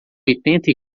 oitenta